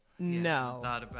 No